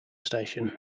station